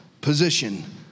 position